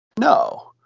No